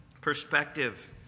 perspective